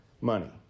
money